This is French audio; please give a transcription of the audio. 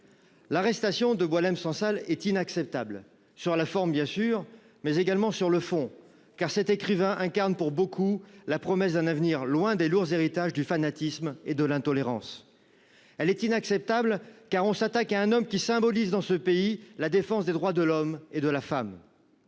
L’arrestation de Boualem Sansal est inacceptable, sur la forme, bien sûr, mais également sur le fond, car cet écrivain incarne, pour beaucoup, la promesse d’un avenir loin des lourds héritages du fanatisme et de l’intolérance. Elle est inacceptable, car on s’attaque à un homme qui symbolise, dans ce pays, la défense des droits de l’homme et de la femme.